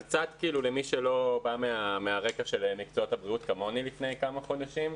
אז קצת למי שלא בא מהרקע של מקצועות הבריאות כמוני עד לפני כמה חודשים,